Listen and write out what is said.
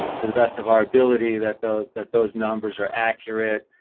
to the best of our ability, that those that those numbers are accurate,